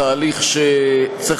תהליך שצריך,